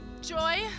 Joy